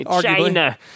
China